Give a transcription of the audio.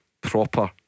proper